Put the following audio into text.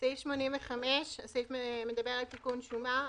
סעיף 85 מדבר על תיקון שומה.